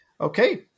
Okay